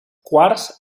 quars